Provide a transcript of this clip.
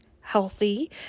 healthy